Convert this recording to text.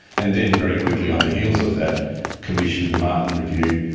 and then very quickly on the heels of that commissioned the martin review,